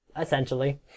essentially